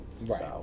Right